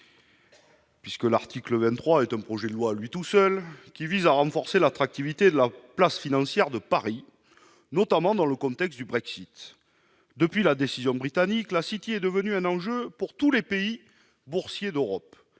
puisque l'article 23 constitue, de fait, un projet de loi à lui tout seul, qui vise à renforcer l'attractivité de la place financière de Paris, notamment dans le contexte du Brexit. Depuis la décision britannique, la City est devenue un enjeu pour tous les pays boursiers d'Europe.